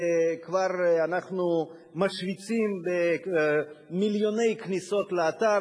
אנחנו כבר משוויצים במיליוני כניסות לאתר